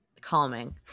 calming